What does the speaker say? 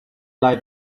light